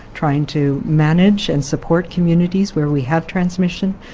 trying to manage and support communities where we have transmission,